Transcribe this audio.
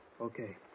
Okay